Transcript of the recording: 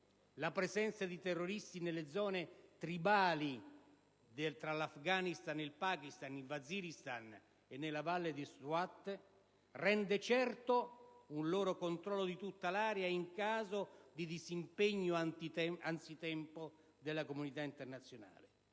la presenza di terroristi nelle zone tribali tra l'Afghanistan, il Pakistan, il Waziristan e nella valle di Swat, rende certo un loro controllo di tutta l'area in caso di disimpegno anzitempo della comunità internazionale.